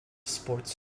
sports